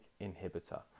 inhibitor